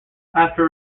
after